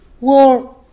War